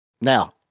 Now